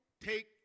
take